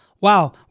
Wow